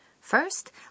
First